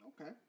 Okay